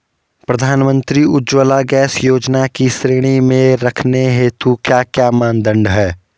प्रधानमंत्री उज्जवला गैस योजना की श्रेणी में रखने हेतु क्या क्या मानदंड है?